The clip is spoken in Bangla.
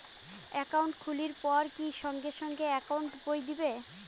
একাউন্ট খুলির পর কি সঙ্গে সঙ্গে একাউন্ট বই দিবে?